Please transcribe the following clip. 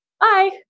bye